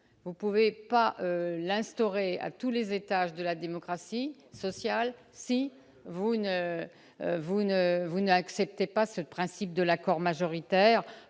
Vous ne pouvez pas l'instaurer à tous les étages de la démocratie sociale si vous n'acceptez pas le principe de l'accord majoritaire.